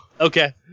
Okay